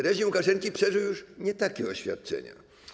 Reżim Łukaszenki przeżył już nie takie oświadczenia.